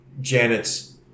Janet's